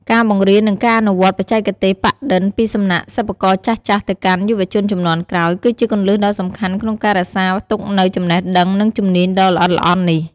ការបង្រៀន និងការអនុវត្តបច្ចេកទេសប៉ាក់-ឌិន ពីសំណាក់ សិប្បករចាស់ៗ ទៅកាន់ យុវជនជំនាន់ក្រោយ គឺជាគន្លឹះដ៏សំខាន់ក្នុងការរក្សាទុកនូវ ចំណេះដឹង និងជំនាញដ៏ល្អិតល្អន់ នេះ។